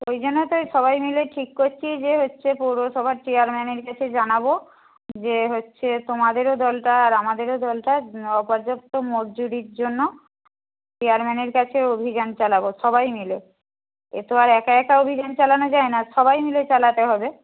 ওই জন্য তো এই সবাই মিলে ঠিক করেছি যে হচ্ছে পৌরসভার চেয়ারম্যানের কাছে জানাবো যে হচ্ছে তোমাদেরও দলটা আর আমাদেরও দলটা অপর্যাপ্ত মজুরির জন্য চেয়ারম্যানের কাছে অভিযান চালাবো সবাই মিলে এ তো আর একা একা অভিযান চালানো যায় না সবাই মিলে চালাতে হবে